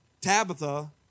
Tabitha